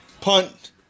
punt